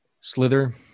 Slither